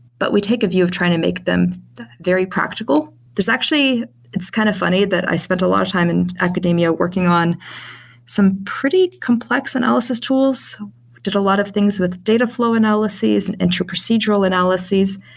but we take a view of trying to make them very practical. there's actually it's kind of funny that i spent a lot of time in academia working on some pretty complex analysis tools. i did a lot of things with data flow analyses and and to procedural analyses,